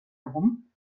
herum